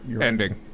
ending